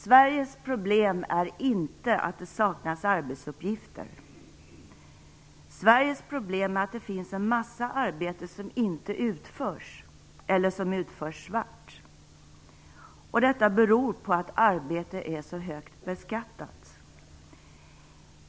Sveriges problem är inte att det saknas arbetsuppgifter. Sveriges problem är att det finns en massa arbete som inte utförs, eller som utförs svart. Detta beror på att arbete är så högt beskattat.